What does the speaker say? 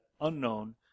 unknown